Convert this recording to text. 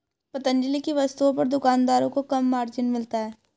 पतंजलि की वस्तुओं पर दुकानदारों को कम मार्जिन मिलता है